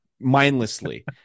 mindlessly